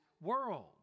world